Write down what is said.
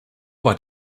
war